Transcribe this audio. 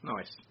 Nice